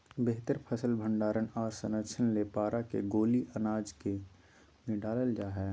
बेहतर फसल भंडारण आर संरक्षण ले पारा के गोली अनाज मे डालल जा हय